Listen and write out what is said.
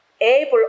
able